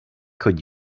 could